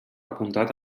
apuntat